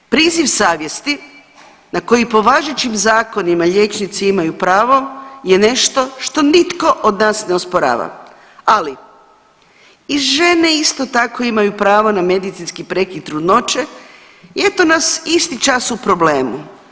Priziv savjesti na koji po važećim zakonima liječnici imaju pravo je nešto što nitko od nas ne osporava, ali i žene isto tako imaju pravo na medicinski prekid trudnoće i eto nas isti čas u problemu.